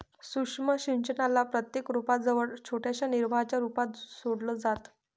सूक्ष्म सिंचनाला प्रत्येक रोपा जवळ छोट्याशा निर्वाहाच्या रूपात सोडलं जातं